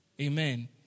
Amen